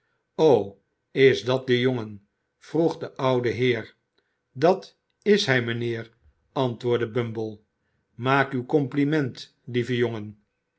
is dat de jongen vroeg de oude heer dat is hij mijnheer antwoordde bumble maak uw compliment lieve jongen